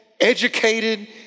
educated